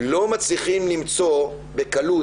לא מצליחים למצוא בקלות,